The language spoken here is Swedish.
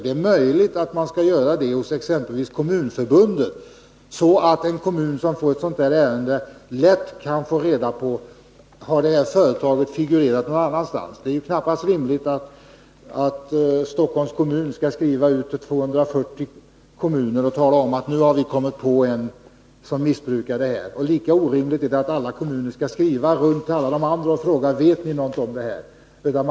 Det är möjligt att man borde inrätta en sådan bank hos Kommunförbundet, så att en kommun i samband med ett sådant här ärende lätt kan få reda på om ett aktuellt företag figurerat någon annanstans. Det är knappast rimligt att Stockholms kommun skall skriva till 240 kommuner och tala om att man kommit på ett företag eller en person som missbrukar möjligheterna till fastighetsförvärv. Lika orimligt är det att enskilda kommuner skall skriva till alla andra kommuner och fråga om de vet något om en viss köpare.